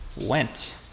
went